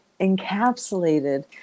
encapsulated